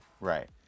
Right